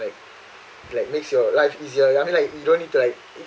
like makes your life easier you I mean you don't need to like